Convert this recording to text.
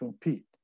compete